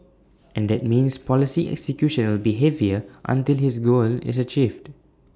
and that means policy execution will be heavier until his goal is achieved